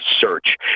search